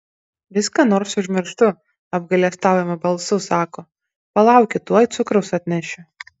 vis ką nors užmirštu apgailestaujamu balsu sako palaukit tuoj cukraus atnešiu